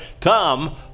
Tom